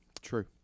true